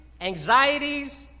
anxieties